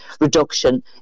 reduction